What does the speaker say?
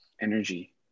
energy